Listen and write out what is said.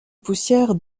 poussière